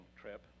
trip